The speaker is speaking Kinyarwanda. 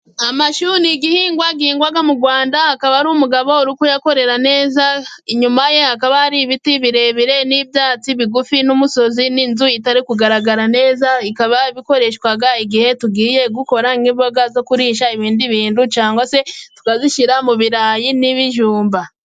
Amashu n'igihingwa gihingwa mu Rwanda, akaba har'umugabo uri kuyakorera neza, inyuma ye hakaba har'ibiti birebire n'ibyatsi bigufi n'umusozi n'inzu itari kugaragara neza, bikaba bikoreshwa igihe tugiye gukora nk'imboga zo kurisha ibindi bintu cyangwa se tukazishyira mu birayi n'ibijumba.